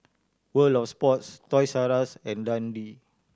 World Of Sports Toys R Us and Dundee